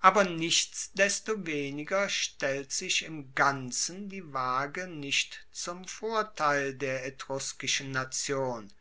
aber nichtsdestoweniger stellt sich im ganzen die waage nicht zum vorteil der etruskischen nation